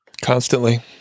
constantly